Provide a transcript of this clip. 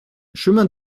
chemin